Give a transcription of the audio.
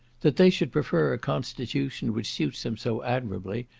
that they should prefer a constitution which suits them so admirably,